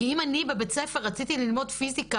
כי אם אני בבית ספר רציתי ללמוד פיזיקה